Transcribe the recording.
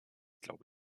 glaube